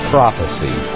Prophecy